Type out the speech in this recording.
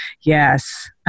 yes